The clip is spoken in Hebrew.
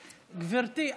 גברתי,